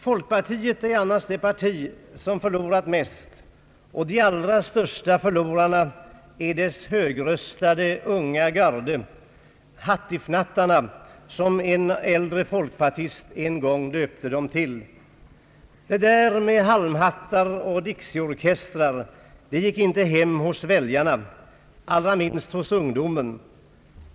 Folkpartiet är annars det parti som förlorat mest, och de allra största förlorarna är dess högröstade unga garde — hattifnattarna som en äldre folkpartist en gång döpte dem till. Det där med halmhattar och dixieorkestrar gick inte hem hos väljarna, allra minst hos ungdomen.